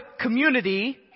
community